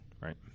right